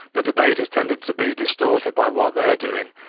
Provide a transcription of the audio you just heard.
but debate has tended to be distorted by what they're doing.